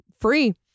free